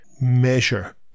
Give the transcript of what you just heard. measure